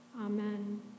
Amen